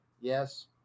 Yes